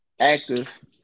actors